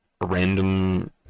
random